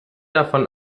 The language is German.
davon